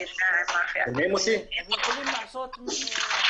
אני לא אומר שאין תופעה כזאת, כרגע